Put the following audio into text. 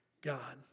God